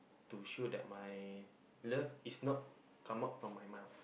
to show that my love is not come out from my mouth